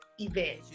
event